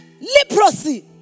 leprosy